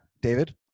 David